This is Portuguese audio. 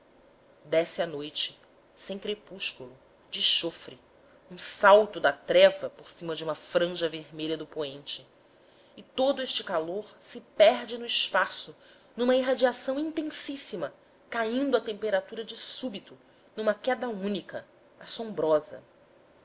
desce a noite sem crespúsculo de chofre um salto da treva por cima de uma franja vermelha do poente e todo este calor se perde no espaço numa irradiação intensíssima caindo a temperatura de súbito numa queda única assombrosa